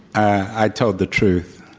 i tell the truth.